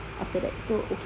after that so okay